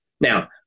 Now